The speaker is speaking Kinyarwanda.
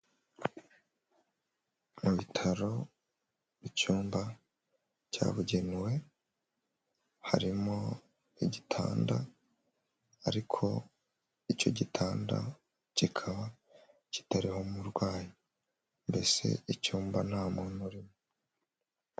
Mu bitaro, icyumba cyabugenewe harimo igitanda ariko icyo gitanda kikaba kitariho umurwayi mbese icyumba nta muntu urimo.